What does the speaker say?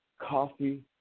coffee